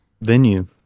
venue